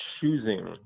choosing